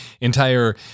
entire